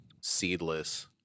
seedless